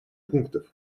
пунктов